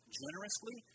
generously